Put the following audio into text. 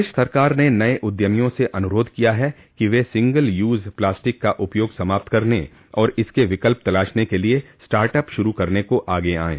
प्रदेश सरकार ने नए उद्यमियों से अनुरोध किया है कि वे सिंगल यूज प्लास्टिक का उपयोग समाप्त करने और इसके विकल्प तलाशने के लिए स्टार्ट अप शुरू करने को आगे आएं